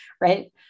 right